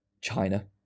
china